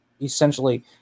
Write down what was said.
essentially